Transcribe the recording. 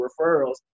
referrals